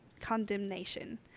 condemnation